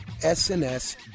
SNS